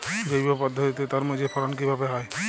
জৈব পদ্ধতিতে তরমুজের ফলন কিভাবে হয়?